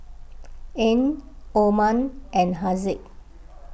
Ain Omar and Haziq